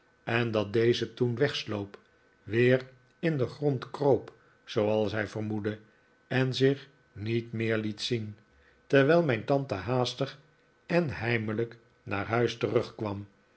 en dat deze toen wegsloop weer in den grond kroop zooals hij vermoedde en zich niet meer liet zien terwijl mijn tante haastig en heimelijk naar huis terugkwam